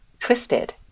twisted